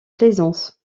plaisance